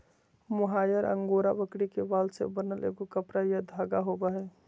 mohair angora बकरी के बाल से बनल एगो कपड़ा या धागा होबैय हइ